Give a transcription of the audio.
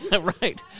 Right